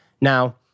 Now